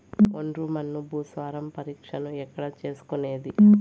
ఒండ్రు మన్ను భూసారం పరీక్షను ఎక్కడ చేసుకునేది?